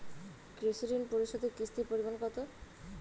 কৃষি ঋণ পরিশোধের কিস্তির পরিমাণ কতো?